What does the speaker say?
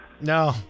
No